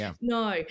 no